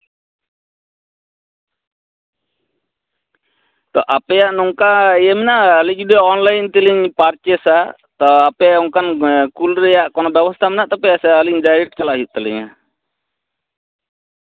ᱛᱚ ᱟᱯᱮᱭᱟᱜ ᱱᱚᱝᱠᱟ ᱤᱭᱟᱹ ᱢᱮᱱᱟᱜᱼᱟ ᱟᱞᱤᱧ ᱡᱩᱫᱤ ᱚᱱᱞᱟᱭᱤᱱ ᱛᱮᱞᱤᱧ ᱯᱟᱨᱪᱮᱥᱟ ᱟᱯᱮ ᱚᱱᱠᱟᱱ ᱠᱩᱞ ᱨᱮᱭᱟᱜ ᱠᱚᱱᱳ ᱵᱮᱵᱚᱥᱛᱟ ᱢᱮᱱᱟᱜ ᱛᱟᱯᱮᱭᱟ ᱥᱮ ᱟᱞᱤᱧ ᱰᱟᱭᱨᱮᱴ ᱪᱟᱞᱟᱜ ᱦᱩᱭᱩᱜ ᱛᱟᱞᱤᱧᱟ